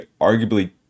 arguably